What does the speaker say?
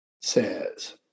says